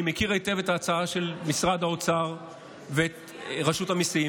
אני מכיר היטב את ההצעה של משרד האוצר ורשות המיסים,